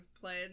played